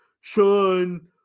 Sean